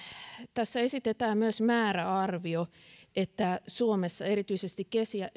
tässä esitetään myös määräarvio että suomessa erityisesti